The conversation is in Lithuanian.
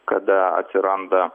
kada atsiranda